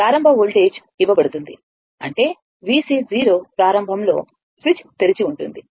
ప్రారంభ వోల్టేజ్ ఇవ్వబడుతుంది అంటే VC ప్రారంభంలో స్విచ్ తెరిచి ఉంటుంది